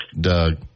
Doug